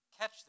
Catch